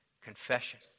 confession